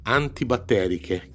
antibatteriche